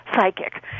psychic